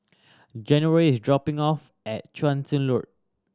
January is dropping off at Chu Road